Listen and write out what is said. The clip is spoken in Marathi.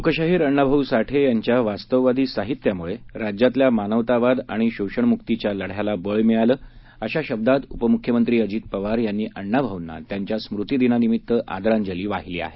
लोकशाहीर अण्णाभाऊ साठे यांच्या वास्तववादी साहित्यामुळे राज्यातल्या मानवतावाद आणि शोषणमुकीच्या लढ्याला बळ मिळालं अशा शब्दात उपमुख्यमंत्री अजित पवार यांनी अण्णाभाऊंना त्यांच्या स्मृतीदिनानिमित्त आदरांजली वाहिली आहे